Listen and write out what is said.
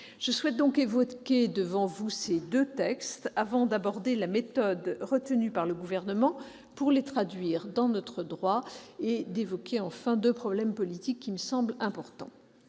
Je souhaite évoquer devant vous ces deux textes, avant d'aborder la méthode retenue par le Gouvernement pour les traduire dans notre droit et, enfin, deux problèmes politiques qui me semblent importants.